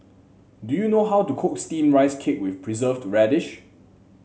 do you know how to cook steamed Rice Cake with Preserved Radish